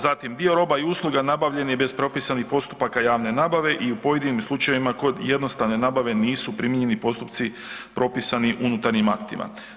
Zatim, dio roba i usluga nabavljen je bez propisanih postupaka javne nabave i u pojedinim slučajevima kod jednostavne nabave nisu primijenjeni postupci propisani unutarnjim aktima.